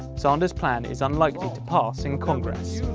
sanders' plan is unlikely to pass in congress.